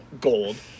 gold